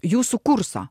jūsų kurso